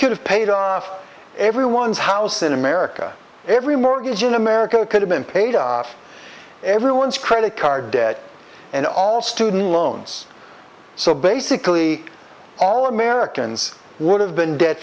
could have paid off everyone's house in america every mortgage in america could have been paid off everyone's credit card debt and all student loans so basically all americans would have been de